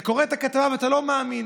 אתה קורא את הכתבה ולא מאמין.